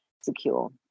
secure